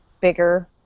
bigger